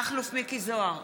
מכלוף מיקי זוהר,